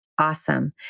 Awesome